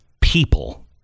people